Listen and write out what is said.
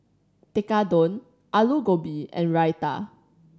Tekkadon Alu Gobi and Raita